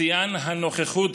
שיאן הנוכחות